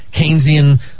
Keynesian